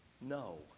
no